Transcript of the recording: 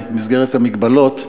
במסגרת המגבלות,